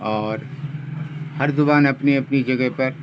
اور ہر زبان اپنی اپنی جگہ پر